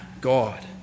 God